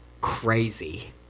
Crazy